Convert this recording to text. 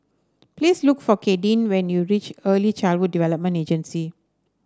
please look for Kadyn when you reach Early Childhood Development Agency